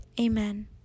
Amen